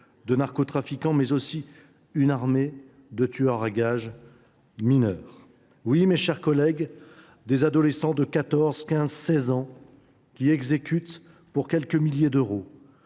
de narcotrafiquants, mais aussi par une armée de tueurs à gages mineurs. Oui, mes chers collègues, des adolescents de 14, 15 ou 16 ans exécutent pour quelques milliers d’euros.